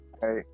Hey